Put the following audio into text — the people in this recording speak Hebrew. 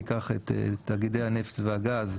ניקח את תאגידי הנפט והגז,